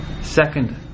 second